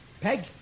Peg